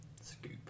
Scoop